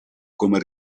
come